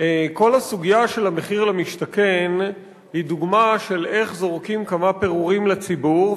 כל הסוגיה של המחיר למשתכן היא דוגמה של איך זורקים כמה פירורים לציבור,